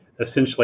essentially